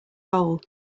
hole